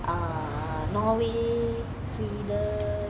err norway sweden